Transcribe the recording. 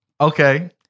Okay